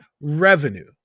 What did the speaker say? revenue